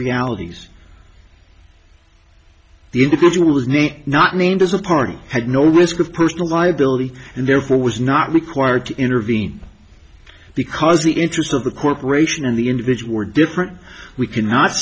realities the interview was nate not named as a party had no risk of personal liability and therefore was not required to intervene because the interests of the corporation and the individual are different we cannot